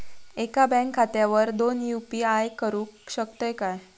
एका बँक खात्यावर दोन यू.पी.आय करुक शकतय काय?